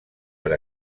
per